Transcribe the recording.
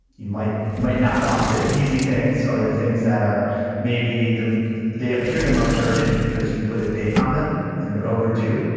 you might might knock off the easy things, or the things that are maybe, they appear the most urgent, because you put a date on them and they're overdue,